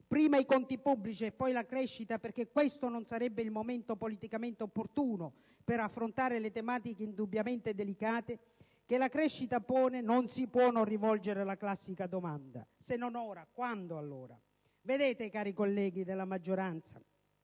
prima i conti pubblici e poi la crescita - perché questo non sarebbe il momento politicamente opportuno per affrontare le tematiche, indubbiamente delicate, che la crescita pone, non si può non rivolgere la classica domanda: se non ora, quando? Vedete, cari colleghi della maggioranza,